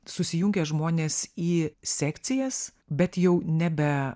susijungia žmonės į sekcijas bet jau nebe